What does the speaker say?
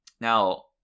Now